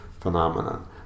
phenomenon